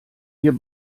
wir